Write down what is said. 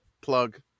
plug